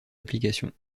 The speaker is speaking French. applications